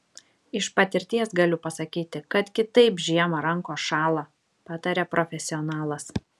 iš patirties galiu pasakyti kad kitaip žiemą rankos šąla pataria profesionalas